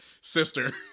sister